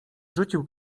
rzucił